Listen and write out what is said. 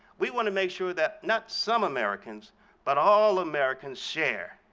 we want to make sure that not some americans but all americans share